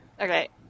Okay